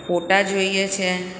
ફોટા જોઈએ છે